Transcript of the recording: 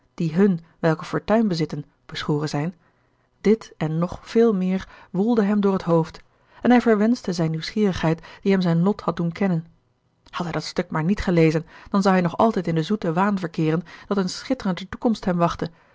die hun welke fortuin bezitten beschoren zijn dit en nog veel meer woelde hem door het hoofd en hij verwenschte zijne nieuwsgierigheid die hem zijn lot had doen kennen had hij dat stuk maar niet gelezen dan zou hij nog altijd in den zoeten waan verkeeren dat eene schitterende toekomst hem wachtte